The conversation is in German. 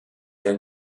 der